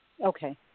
Okay